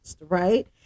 right